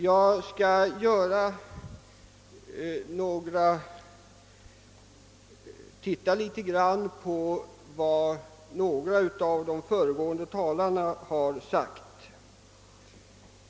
Jag skall något granska vad några av de föregående talarna har sagt.